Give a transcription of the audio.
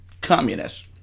communists